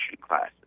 classes